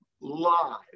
live